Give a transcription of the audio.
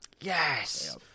Yes